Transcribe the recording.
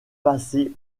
passé